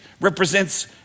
represents